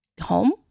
home